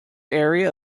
area